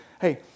hey